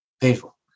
Painful